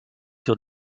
sur